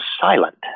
silent